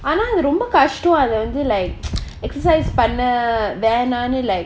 ஆனா அது ரொம்ப கஸ்டம் அது வந்து:aana athu romba kastam athu vanthu like exercise பண்ண வேணான்னு:panna venannu like